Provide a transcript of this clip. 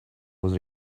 was